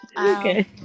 okay